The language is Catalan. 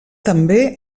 també